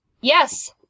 Yes